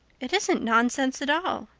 it isn't nonsense at all,